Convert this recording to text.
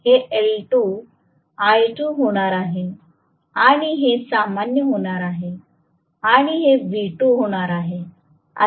हे l2 होणार आहे आणि हे सामान्य होणार आहे आणि हे V2 होणार आहे